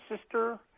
sister